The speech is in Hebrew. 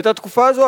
ואת התקופה הזאת,